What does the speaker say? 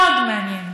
מאוד מעניין.